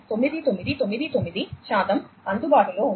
9999 శాతం అందుబాటులో ఉంది